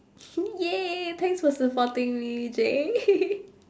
!yay! thanks for supporting me J